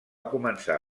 començar